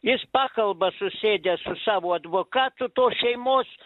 jis pakalba susėdęs su savo advokatu tos šeimos